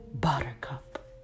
Buttercup